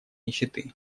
нищеты